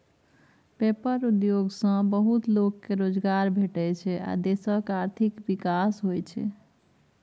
paper उद्योग सँ बहुत लोक केँ रोजगार भेटै छै आ देशक आर्थिक विकास होइ छै